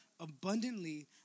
abundantly